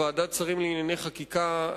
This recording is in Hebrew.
בוועדת השרים לענייני חקיקה,